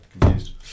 confused